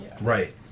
Right